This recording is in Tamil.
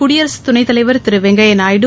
குடியரசு துணைத்தலைவர் திரு எம் வெங்கையா நாயுடு